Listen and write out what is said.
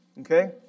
Okay